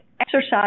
exercise